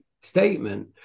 statement